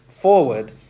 forward